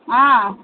ஆ